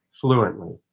fluently